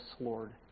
Lord